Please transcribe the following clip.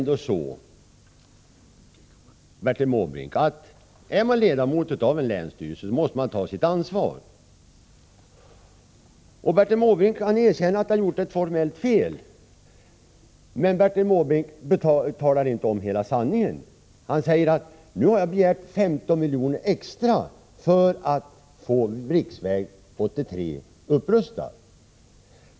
Är man ledamot av en länsstyrelse måste man ta sitt ansvar, Bertil Måbrink. Bertil Måbrink erkänner att han har gjort ett formellt fel, men han talar inte om hela sanningen. Han säger att han nu begärt 15 miljoner extra för att få riksväg 83 upprustad.